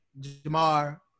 Jamar